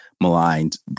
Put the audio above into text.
maligned